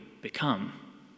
become